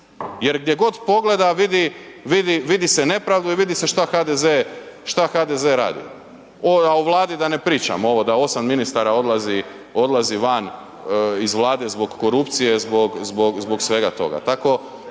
jer gdje god pogleda, vidi se nepravda i vidi se šta HDZ radi a o Vladi da ne pričam. Ovo da 8 ministara odlazi van iz Vlade zbog korupcije, zbog svega toga